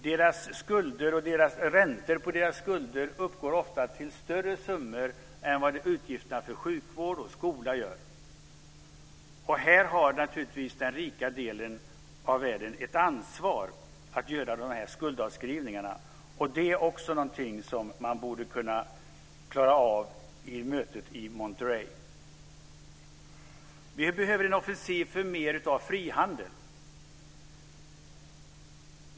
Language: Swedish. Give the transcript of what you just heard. Deras skulder och räntorna på deras skulder uppgår ofta till större summor än utgifterna för sjukvård och skola gör. Här har naturligtvis den rika delen av världen ett ansvar för att göra dessa skuldavskrivningar. Det är också någonting som man borde kunna klara av vid mötet i Monterrey. Vi behöver en offensiv för mer av frihandel.